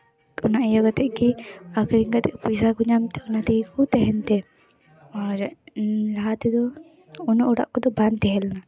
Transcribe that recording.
ᱚᱱᱟ ᱤᱭᱟᱹ ᱠᱟᱛᱮ ᱜᱮ ᱟᱠᱷᱨᱤᱧ ᱠᱟᱛᱮ ᱯᱚᱭᱥᱟ ᱠᱚ ᱧᱟᱢ ᱚᱱᱟ ᱛᱮᱜᱮ ᱠᱚ ᱛᱟᱦᱮᱱ ᱛᱮ ᱟᱨ ᱞᱟᱦᱟ ᱛᱮᱫᱚ ᱩᱱᱟᱹᱜ ᱚᱲᱟᱜ ᱠᱚᱫᱚ ᱵᱟᱝ ᱛᱟᱦᱮᱸ ᱞᱮᱱᱟ